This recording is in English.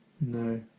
no